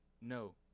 No